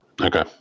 Okay